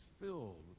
filled